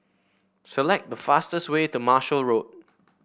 select the fastest way to Marshall Road